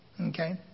Okay